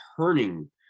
turning